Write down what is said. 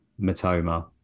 Matoma